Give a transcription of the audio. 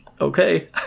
okay